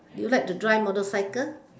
do you like to drive motorcycle